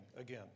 again